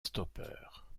stoppeur